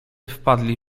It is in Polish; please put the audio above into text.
wpadli